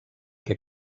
què